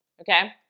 Okay